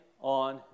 on